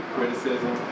Criticism